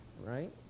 right